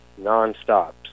nonstop